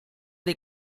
dei